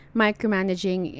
micromanaging